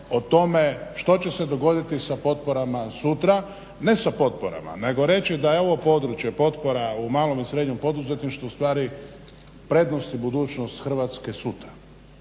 o tome što će se dogoditi sa potporama sutra. Ne sa potporama nego reći da je ovo područje potpora u malom i srednjem poduzetništvu ustvari prednost i budućnost Hrvatske sutra.